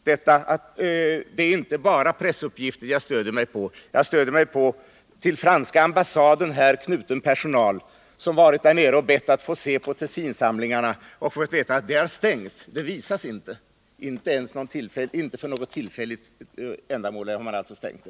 Det är inte bara pressuppgifter jag stöder mig på, utan jag stöder mig också på till franska ambassaden här knuten personal, som varit där nere och bett att få se Tessinsamlingarna och då fått veta att det är stängt — de visas över huvud taget inte.